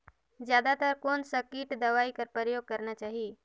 जादा तर कोन स किट दवाई कर प्रयोग करना चाही?